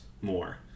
more